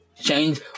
change